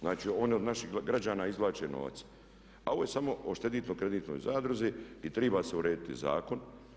Znači, one od naših građana izvlače novac, a ovo je samo o šteditno kreditnoj zadruzi i triba se urediti zakon.